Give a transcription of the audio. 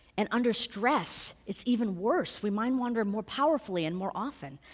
and under stress, it's even worse, we mind wander more powerfully and more often.